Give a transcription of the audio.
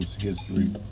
history